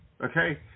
okay